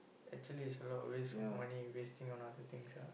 actually is a lot of waste of money wasting on other things ah